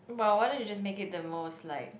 !wow! why don't you just make it the most like